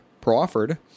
proffered